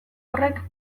horrek